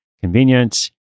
convenience